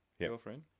girlfriend